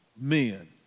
men